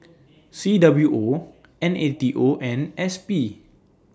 C W O N A T O and S P